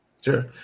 Sure